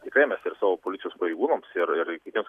tikrai mes ir savo policijos pareigūnams ir ir kitiems